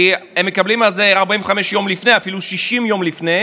כי הם מקבלים התראה על כך 45 ימים לפני ואפילו 60 ימים לפני.